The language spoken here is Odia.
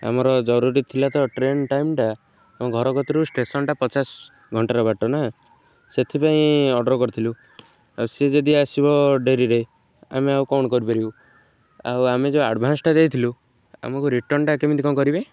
ଆମର ଜରୁରୀ ଥିଲା ତ ଟ୍ରେନ୍ ଟାଇମ୍ଟା ଆମ ଘର କତିରୁ ଷ୍ଟେସନ୍ଟା ପଚାଶ ଘଣ୍ଟାର ବାଟ ନା ସେଥିପାଇଁ ଅର୍ଡ଼ର୍ କରିଥିଲୁ ଆଉ ସେ ଯଦି ଆସିବ ଡେରିରେ ଆମେ ଆଉ କ'ଣ କରିପାରିବୁ ଆଉ ଆମେ ଯୋଉ ଆଡ଼୍ଭାନ୍ସଟା ଦେଇଥିଲୁ ଆମକୁ ରିଟର୍ଣ୍ଣଟା କେମିତି କ'ଣ କରିବେ